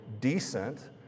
decent